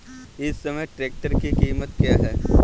इस समय ट्रैक्टर की कीमत क्या है?